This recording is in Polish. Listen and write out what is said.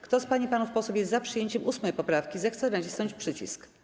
Kto z pań i panów posłów jest za przyjęciem 8. poprawki, zechce nacisnąć przycisk.